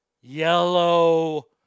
yellow